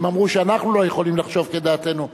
הם אמרו שאנחנו לא יכולים לחשוב כדעתנו.